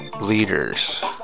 leaders